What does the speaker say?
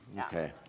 Okay